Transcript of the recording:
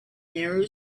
narrow